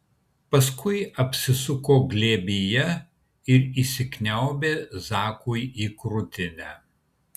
paskui apsisuko glėbyje ir įsikniaubė zakui į krūtinę